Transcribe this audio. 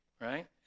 Right